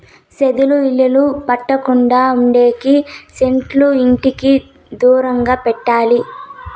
చెదలు ఇళ్లకు పట్టకుండా ఉండేకి సెట్లు ఇంటికి దూరంగా పెంచాలి